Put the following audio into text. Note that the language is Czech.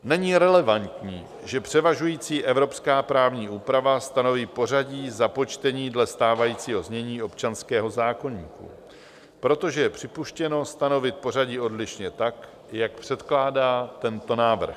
Není relevantní, že převažující evropská právní úprava stanoví pořadí započtení dle stávajícího znění občanského zákoníku, protože je připuštěno stanovit pořadí odlišně tak, jak předkládá tento návrh.